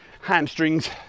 hamstrings